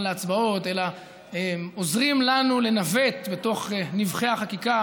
בהצבעות אלא עוזרים לנו לנווט בתוך נבכי החקיקה,